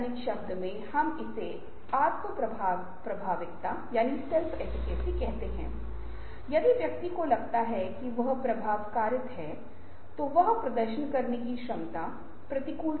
प्रश्नावली प्रत्येक विशेषज्ञ को भेजी जाती है और प्रत्येक को संभावित समाधान प्रदान करने के लिए कहा जाता है